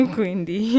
quindi